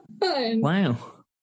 wow